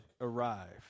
arrived